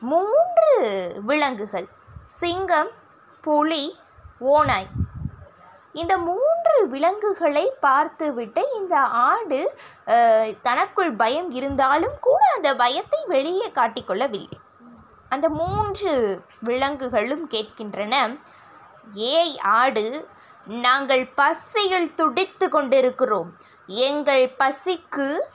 மூன்று விலங்குகள் சிங்கம் புலி ஓநாய் இந்த மூன்று விலங்குகளை பார்த்துவிட்ட இந்த ஆடு தனக்குள் பயம் இருந்தாலும் கூட அந்த பயத்தை வெளியே காட்டிக் கொள்ளவில்லை அந்த மூன்று விலங்குகளும் கேட்கின்றன ஏய் ஆடு நாங்கள் பசியில் துடித்துக் கொண்டிருக்கிறோம் எங்கள் பசிக்கு